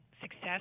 success